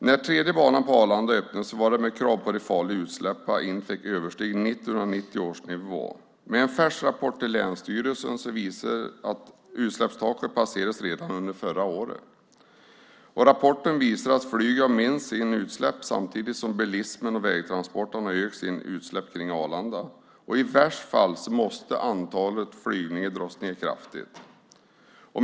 När den tredje banan på Arlanda öppnades var det med krav på att de farliga utsläppen inte översteg 1990 års nivå. Men en färsk rapport till länsstyrelsen visar att utsläppstaket passerades redan under förra året. Rapporten visar att flyget har minskat sina utsläpp samtidigt som bilismen och vägtransporterna har ökat sina utsläpp kring Arlanda. I värsta fall måste antalet flygningar dras ned kraftigt.